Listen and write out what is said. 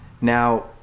Now